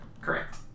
Correct